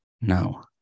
No